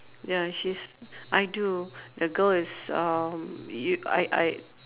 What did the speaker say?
ya she's I do the girl is um you I I